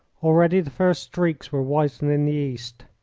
already the first streaks were whitening the east.